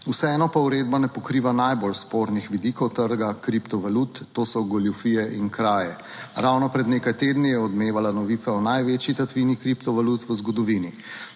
Vseeno pa uredba ne pokriva najbolj spornih vidikov trga kriptovalut, to so goljufije in kraje. Ravno pred nekaj tedni je odmevala novica o največji tatvini kriptovalut v zgodovini.